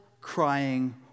crying